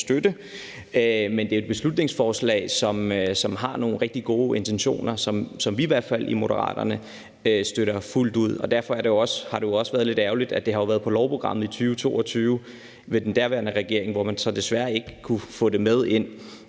Men det er et beslutningsforslag, som har nogle rigtig gode intentioner, som vi i Moderaterne i hvert fald støtter fuldt ud. Derfor har det også været lidt ærgerligt, at det jo har været på lovprogrammet i 2022 under den daværende regering, hvor man så desværre ikke kunne få det med af